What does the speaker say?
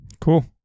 Cool